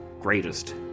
greatest